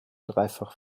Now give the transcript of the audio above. dreifach